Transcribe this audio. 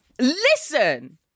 Listen